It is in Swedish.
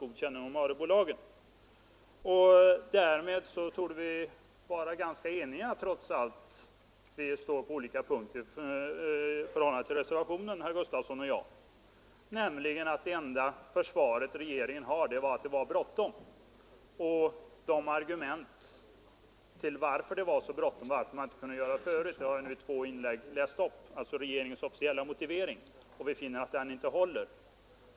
Därmed torde vi 127 vara ganska överens herr Gustavsson och jag, trots att vi har olika uppfattning när det gäller reservationen, om att det enda försvaret regeringen har är att det var bråttom. Regeringens officiella motivering till varför det var så bråttom har i två inlägg lästs upp, men vi finner att den inte håller.